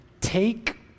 take